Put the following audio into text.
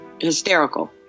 hysterical